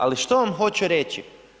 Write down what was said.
Ali, što vam hoću reći?